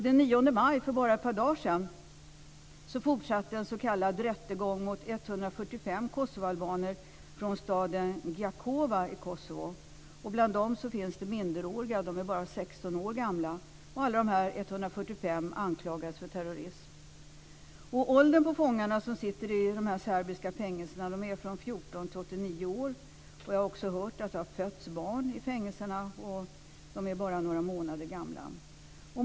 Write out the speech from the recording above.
Den 9 maj, för bara ett par dagar sedan, fortsatte en s.k. rättegång mot 145 kosovoalbaner från staden Gjakova i Kosovo. Bland dem finns det minderåriga. De är bara 16 år gamla. Alla dessa 145 anklagas för terrorism. Åldern på fångarna som sitter i dessa serbiska fängelser är 14-89 år. Jag har också hört att det har fötts barn i fängelserna. De är bara några månader gamla.